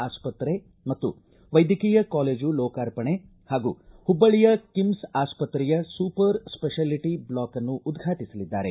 ಆಸ್ಪತ್ರೆ ಮತ್ತು ವೈದ್ಯಕೀಯ ಕಾಲೇಜು ಲೋಕಾರ್ಪಣೆ ಹಾಗೂ ಹುಬ್ಬಳ್ಳಿಯ ಕಿಮ್ಸ್ ಆಸ್ಪತ್ರೆಯ ಸೂಪರ್ ಸ್ಪೆಶಾಲಿಟಿ ಬಾಕ್ಲನ್ನು ಉದ್ಘಾಟಿಸಲಿದ್ದಾರೆ